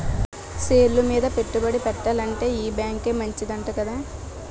షేర్లు మీద పెట్టుబడి ఎట్టాలంటే ఈ బేంకే మంచిదంట కదా